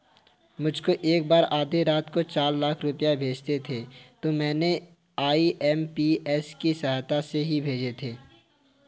मुझको एक बार आधी रात को चार लाख रुपए भेजने थे तो मैंने आई.एम.पी.एस की सहायता से ही भेजे थे